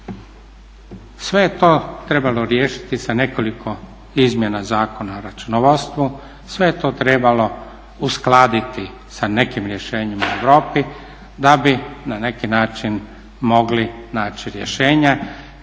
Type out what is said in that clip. je to trebalo riješiti sa nekoliko izmjena Zakona o računovodstvu, sve je to trebalo uskladiti sa nekim rješenjima u Europi da bi na neki način mogli naći rješenja